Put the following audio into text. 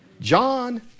John